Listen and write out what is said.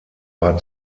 war